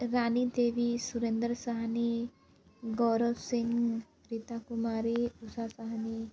Rani Devi Surendra Sahni Gaurav Singh Rita Kumari Usha Sahni